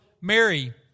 Mary